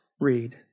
read